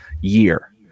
year